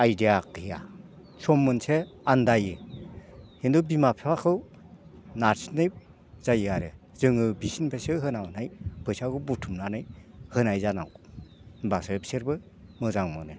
idea गैया सम मोनसे आन्दायो किन्तु बिमा बिफाखौ नारसिननाय जायो आरो जोङो बिसोरनिफ्रायसो होनांगौ फैसाखौ बुथुमनानै होनाय जानांगौ होम्बासो बिसोरबो मोजां मोनो